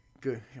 good